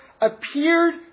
appeared